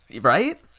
Right